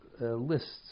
lists